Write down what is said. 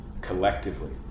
collectively